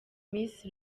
miss